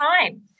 time